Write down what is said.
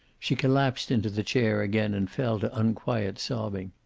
she collapsed into the chair again and fell to unquiet sobbing.